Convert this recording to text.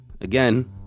again